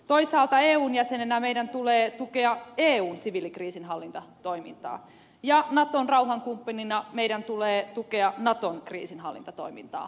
toisaalta eun jäsenenä meidän tulee tukea eun siviilikriisinhallintatoimintaa ja naton rauhankumppanina meidän tulee tukea naton kriisinhallintatoimintaa